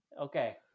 Okay